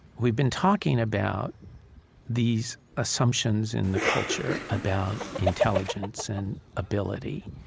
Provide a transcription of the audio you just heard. we've been talking about these assumptions in the culture about intelligence and ability.